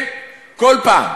כן, כל פעם.